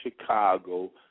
Chicago